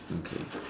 okay